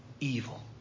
evil